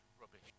rubbish